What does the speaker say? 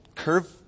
Curve